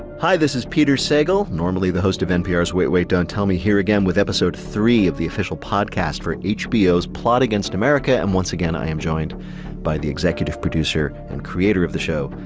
hi, this is peter sagal, normally the host of npr's wait wait. don't tell me, here again with episode three of the official podcast for hbo's plot against america. and once again i am joined by the executive producer and creator of the show,